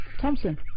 Thompson